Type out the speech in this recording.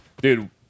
Dude